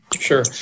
Sure